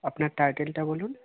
আপনার টাইটেলটা বলুন